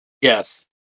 Yes